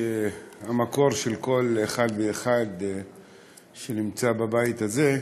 שהוא המקור של כל אחד ואחד שנמצא בבית הזה,